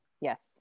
Yes